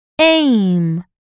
Aim